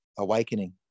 Awakening